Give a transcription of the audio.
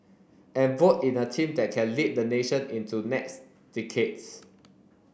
and vote in a team that can lead the nation into next decades